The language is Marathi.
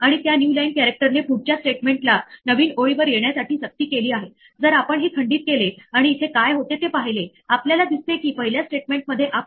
तर आपल्याजवळ असणाऱ्या एल्स ब्लॉकची अंमलबजावणी तेव्हा होणार जेव्हा सामान्यतः ट्राय कुठलीही एरर नसताना टर्मिनेट केला जाईल